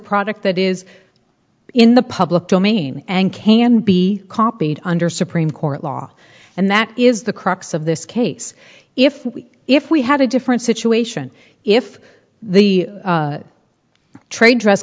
product that is in the public domain and can be copied under supreme court law and that is the crux of this case if we if we had a different situation if the trade dress